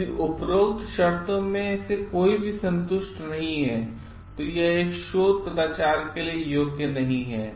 यदि उपरोक्त शर्तों में से कोई भी संतुष्ट नहीं है तो यह एक शोध कदाचार के लिए योग्य नहीं है